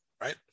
right